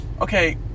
Okay